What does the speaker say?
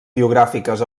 biogràfiques